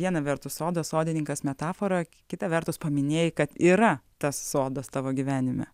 viena vertus sodo sodininkas metafora kita vertus paminėjai kad yra tas sodas tavo gyvenime